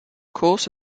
chorus